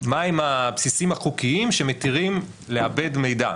מהם הבסיסים החוקיים שמתירים לעבד מידע,